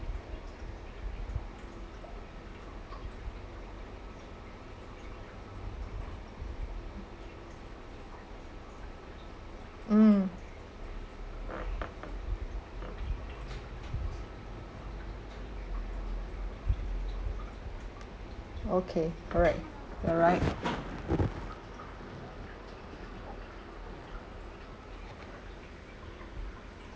mm okay alright alright